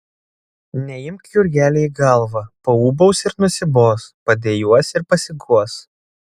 neimk jurgeli į galvą paūbaus ir nusibos padejuos ir pasiguos